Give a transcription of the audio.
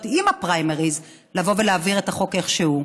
עם הפריימריז לבוא ולהעביר את החוק איך שהוא,